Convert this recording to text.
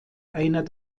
einer